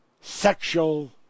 sexual